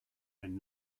and